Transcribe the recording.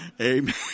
Amen